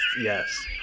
yes